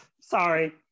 Sorry